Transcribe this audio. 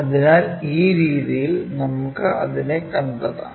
അതിനാൽ ഈ രീതിയിൽ നമുക്കു അതിനെ കണ്ടെത്താം